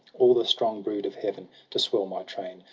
all the strong brood of heaven, to swell my train,